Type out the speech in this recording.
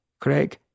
Craig